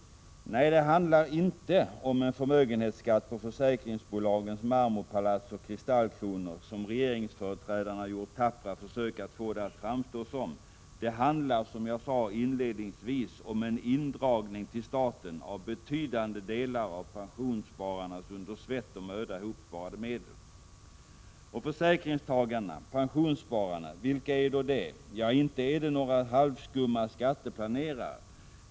Nej, det handlar inte om en förmögenhetsskatt på försäkringsbolagens marmorpalats och kristallkronor, som regeringsföreträdare har gjort tappra försök att få det att framstå som. Det handlar, som jag sade inledningsvis, om en indragning till staten av betydande delar av pensionsspararnas under svett och möda hopsparade medel. Försäkringstagarna — pensionsspararna — vilka är då uet? Ja, inte är det några halvskumma skatteplanerare.